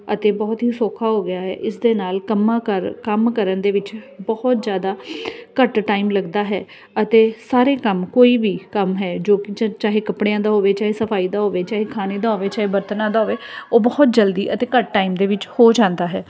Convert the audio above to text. ਅਤੇ ਬਹੁਤ ਹੀ ਸੌਖਾ ਹੋ ਗਿਆ ਹੈ ਇਸ ਦੇ ਨਾਲ ਕੰਮਾਂ ਕਾਰ ਕੰਮ ਕਰਨ ਦੇ ਵਿੱਚ ਬਹੁਤ ਜ਼ਿਆਦਾ ਘੱਟ ਟਾਈਮ ਲੱਗਦਾ ਹੈ ਅਤੇ ਸਾਰੇ ਕੰਮ ਕੋਈ ਵੀ ਕੰਮ ਹੈ ਜੋ ਕਿ ਚ ਚਾਹੇ ਕੱਪੜਿਆਂ ਦਾ ਹੋਵੇ ਚਾਹੇ ਸਫਾਈ ਦਾ ਹੋਵੇ ਚਾਹੇ ਖਾਣੇ ਦਾ ਹੋਵੇ ਚਾਹੇ ਬਰਤਨਾਂ ਦਾ ਹੋਵੇ ਉਹ ਬਹੁਤ ਜਲਦੀ ਅਤੇ ਘੱਟ ਟਾਈਮ ਦੇ ਵਿੱਚ ਹੋ ਜਾਂਦਾ ਹੈ